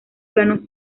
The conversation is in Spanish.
plano